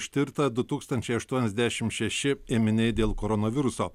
ištirta du tūkstančiai aštuoniasdešimt šeši ėminiai dėl koronaviruso